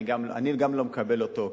גם אני לא מקבל אותו,